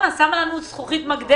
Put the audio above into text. בוקר טוב.